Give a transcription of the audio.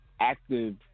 Active